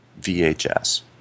VHS